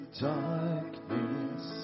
darkness